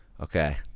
Okay